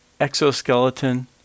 exoskeleton